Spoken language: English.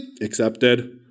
accepted